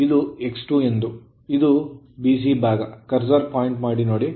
ಇದು X2ಎಂದು ಇದು BC ಭಾಗ ಕರ್ಸರ್ ಪಾಯಿಂಟ್ ನೋಡಿ